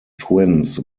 twins